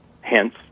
hence